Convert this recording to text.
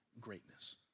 greatness